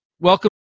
Welcome